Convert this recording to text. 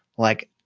like,